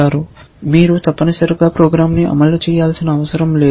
మీరు తప్పనిసరిగా ప్రోగ్రామ్ను అమలు చేయాల్సిన అవసరం లేదు